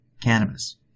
cannabis